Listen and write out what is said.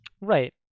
Right